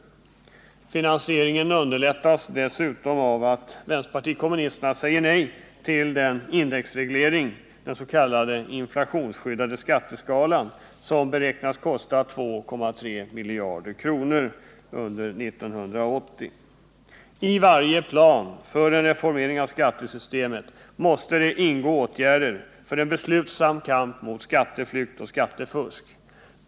Finansieringen underlättas dessutom av att vpk säger nej till den indexreglering, den s.k. inflationsskyddade skatteskalan, som beräknas kosta 2,3 miljarder kronor under 1980. I varje plan för en reformering av skattesystemet måste ingå åtgärder för en beslutsam kamp mot skatteflykt och skattefusk.